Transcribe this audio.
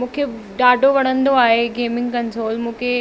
मूंखे ॾाढो वणंदो आहे गेमिंग कंसोल मूंखे